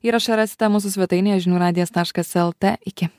įrašą rasite mūsų svetainėje žinių radijas taškas lt iki